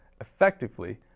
effectively